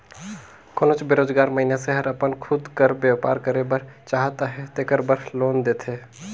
कोनोच बेरोजगार मइनसे हर अपन खुद कर बयपार करे बर चाहत अहे तेकर बर लोन देथे